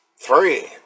Three